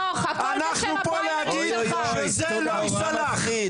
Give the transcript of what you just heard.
אנחנו פה להגיד שזה לא ייסלח.